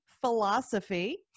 philosophy